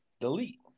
delete